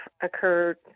occurred